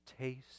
taste